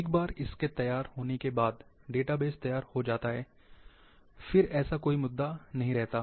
एक बार इसके तैयार होने के बाद डेटाबेस तैयार हो जाता है फिर ऐसा कोई मुद्दा नहीं रहेगा